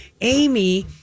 Amy